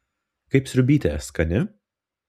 kaip sriubytė skani